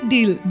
Deal